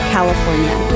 California